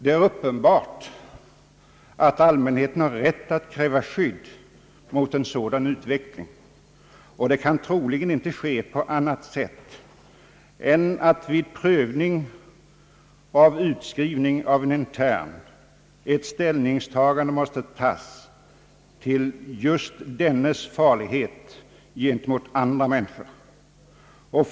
Det är uppenbart att allmänheten har rätt att kräva skydd mot en sådan utveckling, och detta kan troligen inte förverkligas på annat sätt än genom att vid prövning av frågan om utskrivning av en intern ställning tas till just denna farlighet gentemot andra människor.